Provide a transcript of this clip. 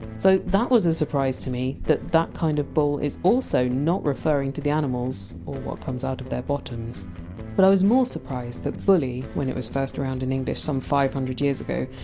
so that was a surprise to me, that that kind of bull is also not referring to the animals or what comes out of their bottoms but i was more surprised that! bully, when it was first around in english some five hundred years ago,